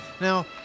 Now